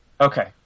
Okay